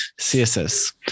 CSS